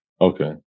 Okay